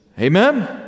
Amen